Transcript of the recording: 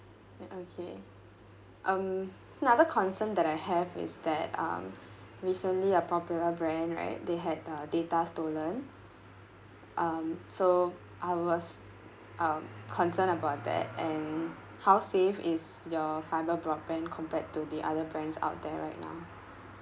okay um another concern that I have is that um recently a popular brand right they had uh data stolen um so I was um concerned about that and how safe is your fiber broadband compared to the other brands out there right now